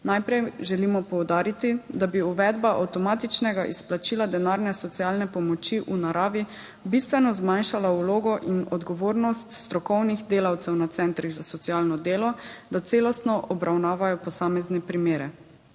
Najprej želimo poudariti, da bi uvedba avtomatičnega izplačila denarne socialne pomoči v naravi bistveno zmanjšala vlogo in odgovornost strokovnih delavcev na centrih za socialno delo, da celostno obravnavajo posamezne primere.